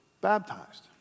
baptized